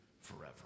forever